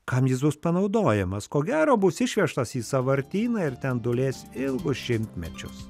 kam jis bus panaudojamas ko gero bus išvežtas į sąvartyną ir ten dūlės ilgus šimtmečius